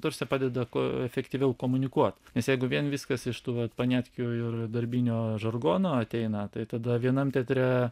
ta prasme padeda kuo efektyviau komunikuot nes jeigu vien viskas iš tų vat paniatkių ir darbinio žargono ateina tai tada vienam teatre